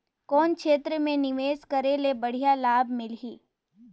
कौन क्षेत्र मे निवेश करे ले बढ़िया लाभ मिलही?